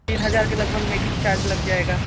तीन हज़ार के लगभग मेकिंग चार्ज लग जाएगा